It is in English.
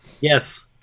Yes